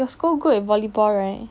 your school good at volleyball right